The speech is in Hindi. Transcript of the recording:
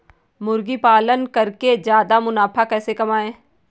मुर्गी पालन करके ज्यादा मुनाफा कैसे कमाएँ?